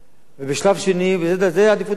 זאת העדיפות הראשונה.